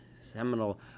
seminal